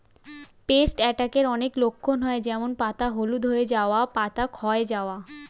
paste অ্যাটাকের অনেক লক্ষণ হয় যেমন পাতা হলুদ হয়ে যাওয়া, পাতা ক্ষয় যাওয়া